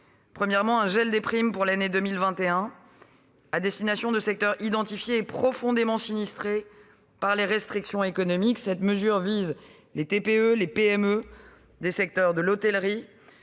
Premièrement, un gel des primes pour l'année 2021 a été décidé à destination de secteurs identifiés et profondément sinistrés par les restrictions économiques. Cette mesure vise les TPE et PME des secteurs de l'hôtellerie,